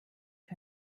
für